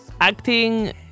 acting